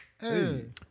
Hey